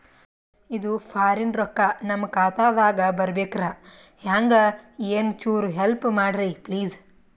ಇದು ಫಾರಿನ ರೊಕ್ಕ ನಮ್ಮ ಖಾತಾ ದಾಗ ಬರಬೆಕ್ರ, ಹೆಂಗ ಏನು ಚುರು ಹೆಲ್ಪ ಮಾಡ್ರಿ ಪ್ಲಿಸ?